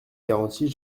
garanties